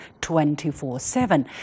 24-7